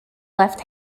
left